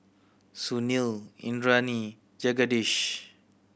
Sunil Indranee Jagadish